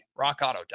rockauto.com